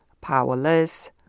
powerless